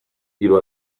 hiru